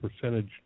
percentage